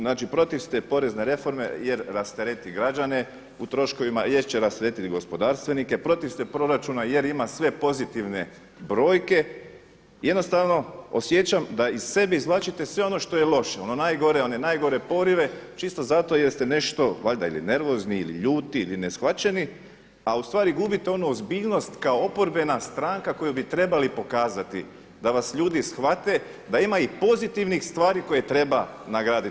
Znači protiv ste porezne reforme jer rastereti građane u troškovima, jer će rasteretiti gospodarstvenike, protiv ste proračuna jer ima sve pozitivne brojke i jednostavno osjećam da iz sebe izvlačite sve ono što je loše, ono najgore, one najgore porive čisto zato jer ste nešto valjda ili nervozni ili ljuti ili ne shvaćeni a ustvari gubite onu ozbiljnost kao oporbe stranka koju bi trebali pokazati da vas ljudi shvate, da ima pozitivnih stvari koje treba nagraditi.